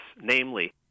namely